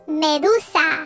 medusa